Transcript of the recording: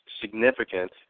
significant